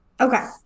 Okay